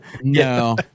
no